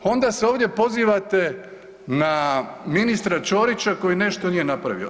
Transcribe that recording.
Onda se ovdje pozivate na ministra Ćorića koji nešto nije napravio.